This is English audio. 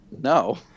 No